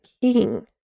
king